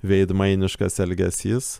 veidmainiškas elgesys